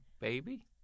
Baby